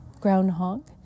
groundhog